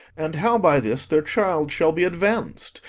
and how by this their child shall be advanc'd,